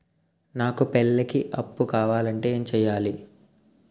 నాకు పెళ్లికి అప్పు కావాలంటే ఏం చేయాలి?